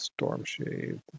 Stormshade